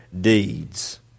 deeds